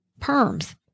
Perms